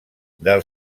del